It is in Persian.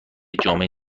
جامعه